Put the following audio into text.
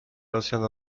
rosjan